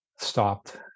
stopped